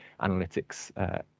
analytics